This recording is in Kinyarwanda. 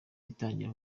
itangira